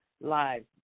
lives